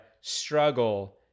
struggle